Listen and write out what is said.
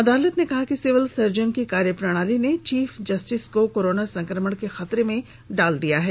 अदालत ने कहा कि सिविल सर्जन की कार्यप्रणाली ने चीफ जस्टिस को कोरोना संक्रमण के खतरे में डाल दिया है